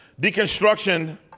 deconstruction